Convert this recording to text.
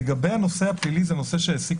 בנוגע לנושא הפלילי זה נושא שהעסיק